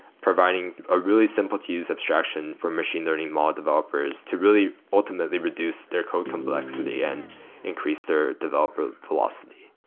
providing a really simple to use obstruction for machine learning law developers to really ultimately reduce their code complexity and increase their developer philosophy.